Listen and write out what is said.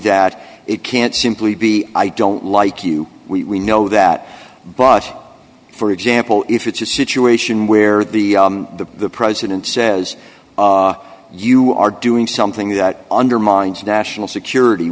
that it can't simply be i don't like you we know that but for example if it's a situation where the the president says you are doing something that undermines national security